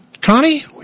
Connie